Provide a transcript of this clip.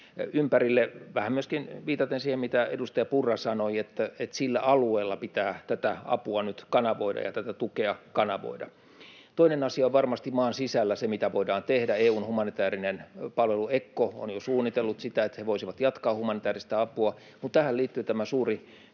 ympärille, vähän myöskin viitaten siihen, mitä edustaja Purra sanoi, että sillä alueella pitää tätä apua ja tätä tukea nyt kanavoida. Toinen asia on varmasti se, mitä voidaan tehdä maan sisällä. EU:n humanitäärinen palvelu ECHO on jo suunnitellut sitä, että he voisivat jatkaa humanitäärista apua, mutta tähän liittyy tämä suuri